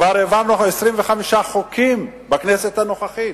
כבר העברנו 25 חוקים בכנסת הנוכחית,